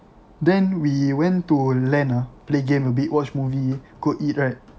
then we went to LAN ah play game a bit watch movie go eat right